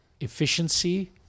efficiency